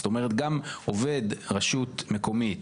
זאת אומרת, גם עובד רשות מקומית